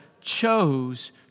chose